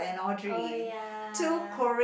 oh ya